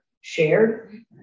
shared